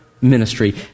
ministry